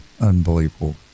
unbelievable